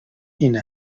این